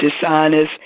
dishonest